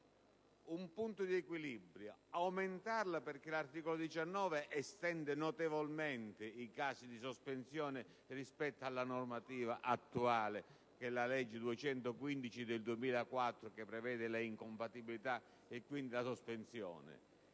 un punto di equilibrio. L'articolo 19 estende notevolmente i casi di sospensione rispetto alla normativa attuale (la legge n. 215 del 2004, che prevede le incompatibilità e, quindi, la sospensione);